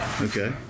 Okay